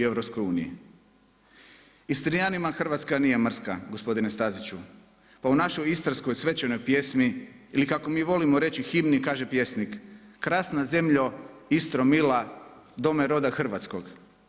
Istrijanima Hrvatska nije mrska gospodine Staziću, pa u našoj istarskoj svečanoj pjesmi ili kako mi volimo reći himni kaže pjesnik „Krasna zemljo Istro mila dome roda Hrvatskog“